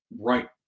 right